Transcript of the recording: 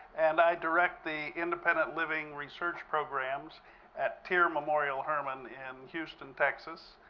and i direct the independent living research programs at tirr memorial hermann in houston, texas.